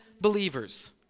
believers